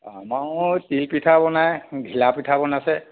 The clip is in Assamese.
আমাৰ তিল পিঠা বনাই ঘিলা পিঠা বনাইছে